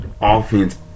offense